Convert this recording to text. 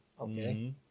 Okay